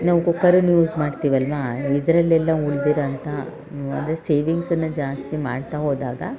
ನಾವು ಕುಕ್ಕರನ್ನ ಯೂಸ್ ಮಾಡ್ತೀವಲ್ಲವಾ ಇದರಲ್ಲೆಲ್ಲ ಉಳ್ದಿರೋ ಅಂತ ಅದೆ ಸೇವಿಂಗ್ಸನ್ನು ಜಾಸ್ತಿ ಮಾಡ್ತಾ ಹೋದಾಗ